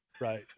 Right